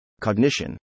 Cognition